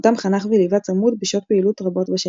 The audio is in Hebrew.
אותם חנך וליווה צמוד בשעות פעילות רבות בשטח.